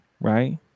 right